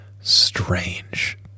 strange